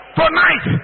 tonight